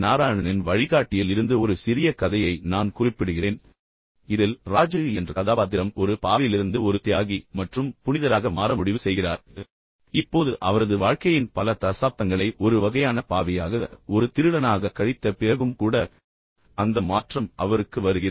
நாராயணனின் வழிகாட்டியில் இருந்து ஒரு சிறிய கதையை நான் குறிப்பிடுகிறேன் இதில் ராஜு என்ற கதாபாத்திரம் ஒரு பாவியிலிருந்து ஒரு தியாகி மற்றும் புனிதராக மாற முடிவு செய்கிறார் இப்போது அவரது வாழ்க்கையின் பல தசாப்தங்களை ஒரு வகையான பாவியாக ஒரு திருடனாக கழித்த பிறகும் கூட அந்த மாற்றம் அவருக்கு வருகிறது